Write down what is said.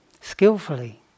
skillfully